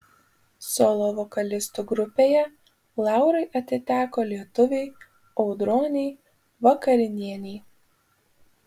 solo vokalistų grupėje laurai atiteko lietuvei audronei vakarinienei